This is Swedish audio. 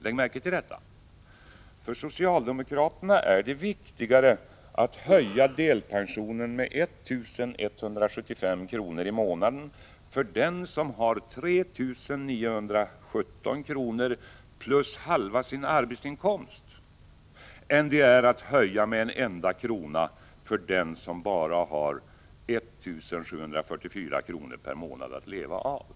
Lägg märke till detta — för socialdemokraterna är det viktigare att höja delpensionen med 1 175 kr. i månaden för den som har 3 917 kr. plus halva sin arbetsinkomst än det är att höja pensionen med en enda krona för den som bara har 1 744 kr. per månad att leva av!